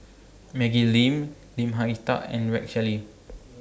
Maggie Lim Lim Hak Tai and Rex Shelley